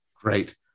Great